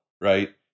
right